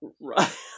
Right